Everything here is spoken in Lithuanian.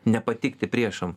nepatikti priešam